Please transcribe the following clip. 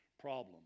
problem